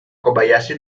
kobayashi